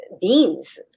beans